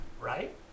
Right